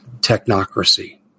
technocracy